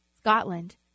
scotland